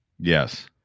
Yes